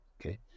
okay